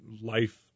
life